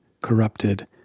corrupted